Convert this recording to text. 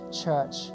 church